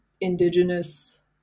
indigenous